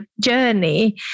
journey